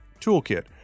toolkit